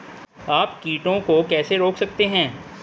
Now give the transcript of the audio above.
आप कीटों को कैसे रोक सकते हैं?